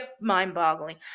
mind-boggling